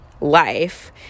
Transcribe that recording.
life